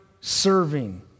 serving